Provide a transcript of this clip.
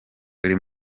buri